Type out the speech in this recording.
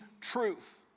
truth